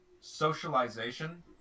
Socialization